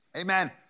Amen